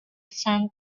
sun